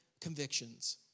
convictions